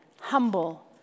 humble